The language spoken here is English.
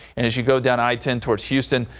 and as you go down i ten towards houston.